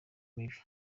mibi